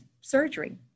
surgery